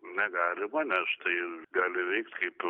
negalima nes tai gali veikt kaip